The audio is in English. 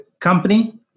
company